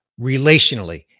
relationally